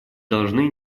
должны